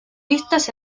vistas